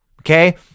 okay